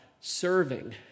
serving